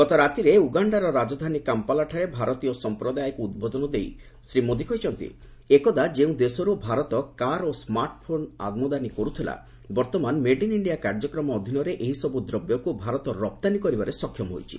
ଗତରାତିରେ ଉଗାଣ୍ଡାର ରାଜଧାନୀ କାମ୍ପାଲାଠାରେ ଭାରତୀୟ ସଂପ୍ରଦାୟକୁ ଉଦ୍ବୋଧନ ଦେଇ ଶ୍ରୀମୋଦି କହିଛନ୍ତି ଏକଦା ଯେଉଁ ଦେଶରୁ ଭାରତ କାର୍ ଓ ସ୍ମାର୍ଟଫୋନ୍ ଆମଦାନୀ କରୁଥିଲା ବର୍ଭମାନ ମେଡ୍ ଇନ୍ ଇଣ୍ଡିଆ କାର୍ଯ୍ୟକ୍ରମ ଅଧୀନରେ ଏହି ସବୁ ଦ୍ରବ୍ୟକୁ ଭାରତ ରପ୍ତାନୀ କରିବାରେ ସକ୍ଷମ ହୋଇଛି